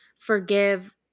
forgive